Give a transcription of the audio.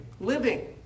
living